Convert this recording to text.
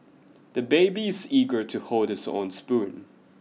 the baby is eager to hold his own spoon